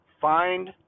Find